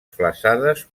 flassades